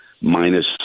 minus